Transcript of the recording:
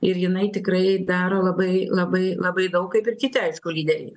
ir jinai tikrai daro labai labai labai daug kaip ir kiti aišku lyderiai